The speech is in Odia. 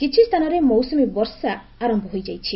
କିଛି ସ୍ତାନରେ ମୌସୁମୀ ବର୍ଷା ଆର ହୋଇଯାଇଛି